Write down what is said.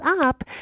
up